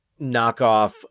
knockoff